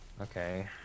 Okay